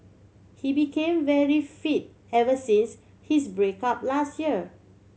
he became very fit ever since his break up last year